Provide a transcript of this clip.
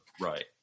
right